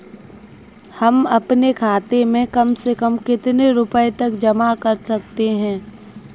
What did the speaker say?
हम अपने खाते में कम से कम कितने रुपये तक जमा कर सकते हैं?